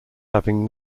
having